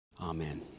Amen